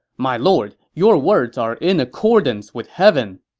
my lord, your words are in accordance with heaven.